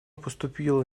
поступило